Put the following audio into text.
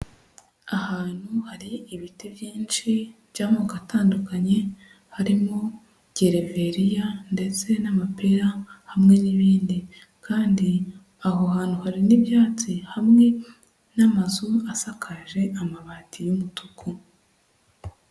Ahantu hari ibiti byinshi by'amoko atandukanye, harimo gereveriya ndetse n'amapera hamwe n'ibindi, kandi aho hantu hari n'ibyatsi hamwe n'amazu asakaje amabati y'umutuku.